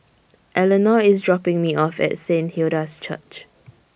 Eleonore IS dropping Me off At Saint Hilda's Church